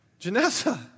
Janessa